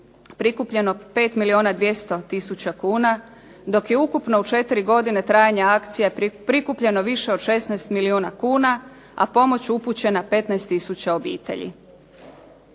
prikupljeno je 5 milijuna i 200000 kuna dok je ukupno u četiri godine trajanja akcije prikupljeno više od 16 milijuna kuna, a pomoć upućena 15000 obitelji.